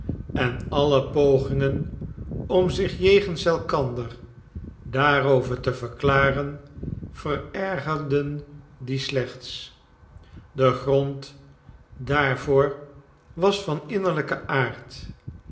en alle pogingen om zich jegens elkander daarover te verklaren verergerden dien slechts de grond daarvoor was van innerlijken aard